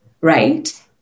right